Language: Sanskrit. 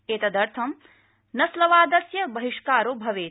एतदर्थं नस्लवादस्य बहिष्कारो भवेत्